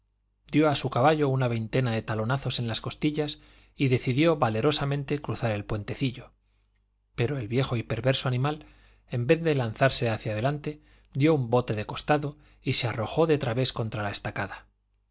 dió a su caballo una veintena de talonazos en las costillas y decidió valerosamente cruzar el puentecillo pero el viejo y perverso animal en vez de lanzarse hacia adelante dió un bote de costado y se arrojó de través contra la estacada